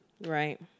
right